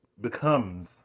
becomes